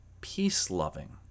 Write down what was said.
peace-loving